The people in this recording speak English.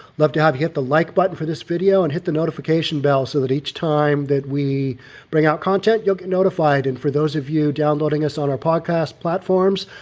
love to have you hit the like button for this video and hit the notification bell so that each time that we bring out content, you'll get notified. and for those of you downloading us on our podcast platforms,